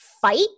fight